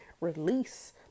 release